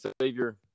savior